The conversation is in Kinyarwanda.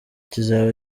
kizaba